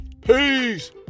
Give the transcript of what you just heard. Peace